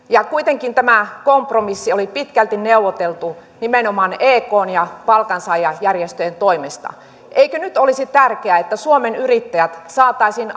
kuitenkin tämä kompromissi oli pitkälti neuvoteltu nimenomaan ekn ja palkansaajajärjestöjen toimesta eikö nyt olisi tärkeää että suomen yrittäjät saataisiin